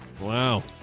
Wow